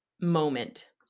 moment